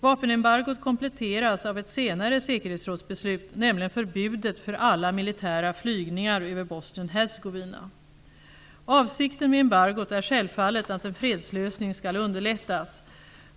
Vapenembargot kompletteras av ett senare säkerhetsrådsbeslut, nämligen förbudet för alla militära flygningar över Bosnien-Hercegovina. Avsikten med embargot är självfallet att en fredslösning skall underlättas.